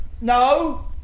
no